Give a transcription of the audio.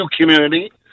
community